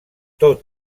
tot